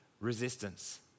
resistance